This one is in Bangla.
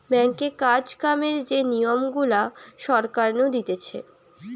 ব্যাঙ্কে কাজ কামের যে নিয়ম গুলা সরকার নু দিতেছে